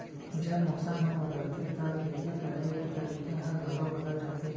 जब मौसम ह बदलथे त खेती करे के तरीका ह घलो बदल जथे?